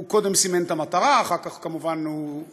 הוא קודם סימן את המטרה, ואחר כך הוא כמובן ירה: